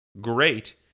great